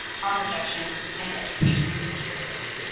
harm reduction, and education materials.